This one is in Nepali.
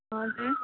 हजुर